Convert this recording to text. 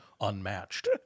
unmatched